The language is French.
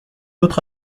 autre